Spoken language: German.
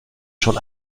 schon